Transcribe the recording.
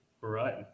Right